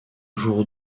jour